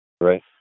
Right